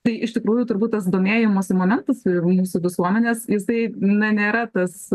tai iš tikrųjų turbūt tas domėjimosi momentas mūsų visuomenės jisai na nėra tas